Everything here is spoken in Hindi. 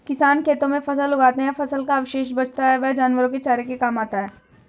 किसान खेतों में फसल उगाते है, फसल का अवशेष बचता है वह जानवरों के चारे के काम आता है